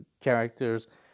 characters